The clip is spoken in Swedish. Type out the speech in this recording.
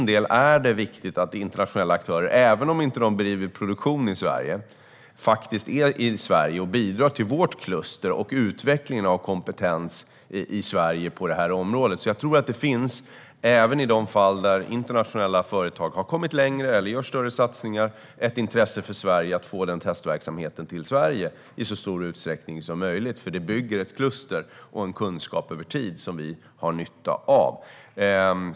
Det är alltså viktigt att internationella aktörer är i Sverige och bidrar till vårt kluster och till utvecklingen av kompetens på området, även om de inte bedriver produktion i Sverige. Även i de fall där internationella företag har kommit längre eller gör större satsningar tror jag att det finns ett intresse för oss att få den testverksamheten till Sverige i så stor utsträckning som möjligt. Det bygger ett kluster och en kunskap över tid som vi har nytta av.